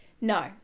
No